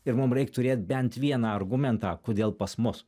ir mum reik turėt bent vieną argumentą kodėl pas mus